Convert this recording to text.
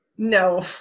No